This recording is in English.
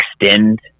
extend